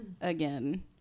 again